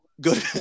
Good